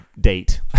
date